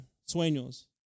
sueños